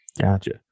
Gotcha